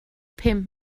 pum